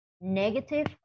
negative